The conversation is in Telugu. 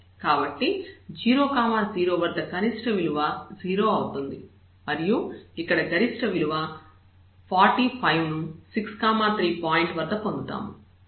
కాబట్టి 0 0 వద్ద కనిష్ట విలువ 0 అవుతుంది మరియు ఇక్కడ గరిష్ట విలువ 45 ను 6 3 పాయింట్ వద్ద పొందుతాము